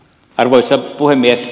arvoisa puhemies